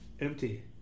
empty